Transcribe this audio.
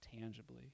tangibly